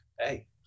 Hey